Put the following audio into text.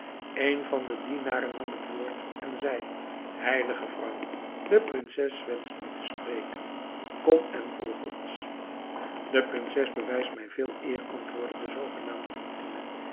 een van de dienaren nam het woord en zei heilige vrouw de prinses wenscht u te spreken kom en volg ons de prinses bewijst mij veel eer antwoordde de zoogenaamde fatime